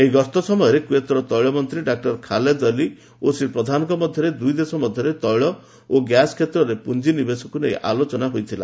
ଏହି ଗସ୍ତ ସମୟରେ କୁଏତର ତୈଳମନ୍ତ୍ରୀ ଡା ଖାଲେଦ ଅଲି ଓ ଶ୍ରୀ ପ୍ରଧାନଙ୍କ ମଧ୍ୟରେ ଦୁଇ ଦେଶ ମଧ୍ୟରେ ତୈଳ ଓ ଗ୍ୟାସ କ୍ଷେତ୍ରରେ ପୁଞ୍ଜି ନିବେଶ ନେଇ ଆଲୋଚନା ହୋଇଥିଲା